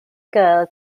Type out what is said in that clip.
girl